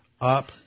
up